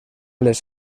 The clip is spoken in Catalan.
les